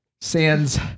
sand's